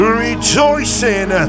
rejoicing